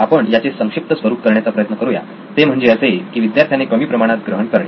आपण याचे संक्षिप्त स्वरूप करण्याचा प्रयत्न करूया ते म्हणजे असे की विद्यार्थ्याने कमी प्रमाणात ग्रहण करणे